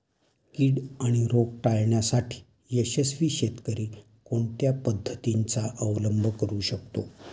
कीड आणि रोग टाळण्यासाठी यशस्वी शेतकरी कोणत्या पद्धतींचा अवलंब करू शकतो?